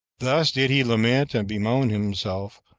thus did he lament and bemoan himself,